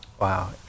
Wow